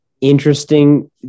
interesting